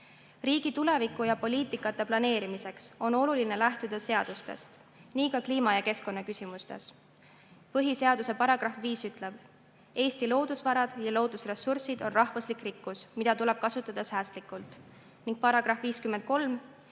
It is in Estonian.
Riigi tuleviku ja poliitikasuundade planeerimiseks on oluline lähtuda seadustest, nii ka kliima‑ ja keskkonnaküsimustes. Põhiseaduse § 5 ütleb: "Eesti loodusvarad ja loodusressursid on rahvuslik rikkus, mida tuleb kasutada säästlikult," ning § 53